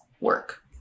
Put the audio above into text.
work